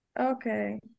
Okay